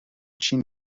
چین